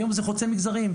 היום זה חוצה מגזרים,